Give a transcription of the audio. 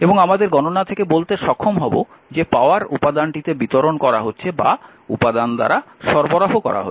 এবং আমাদের গণনা থেকে বলতে সক্ষম হব যে পাওয়ার উপাদানটিতে বিতরণ করা হচ্ছে বা উপাদান দ্বারা সরবরাহ করা হচ্ছে